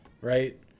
right